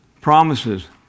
promises